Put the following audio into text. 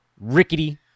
rickety